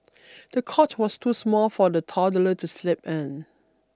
the cot was too small for the toddler to sleep in